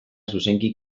zuzenki